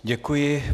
Děkuji.